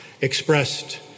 expressed